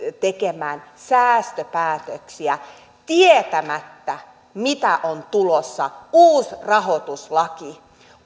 tekemään säästöpäätöksiä tietämättä mitä on tulossa uusi rahoituslaki